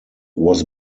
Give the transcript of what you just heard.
was